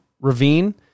ravine